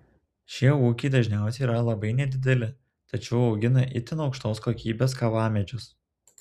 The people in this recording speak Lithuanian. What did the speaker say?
šie ūkiai dažniausiai yra labai nedideli tačiau augina itin aukštos kokybės kavamedžius